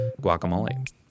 guacamole